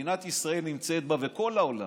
שמדינת ישראל נמצאת בה, וכל העולם,